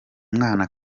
mwana